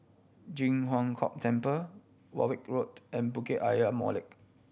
Ji Huang Kok Temple Warwick Road and Bukit Ayer Molek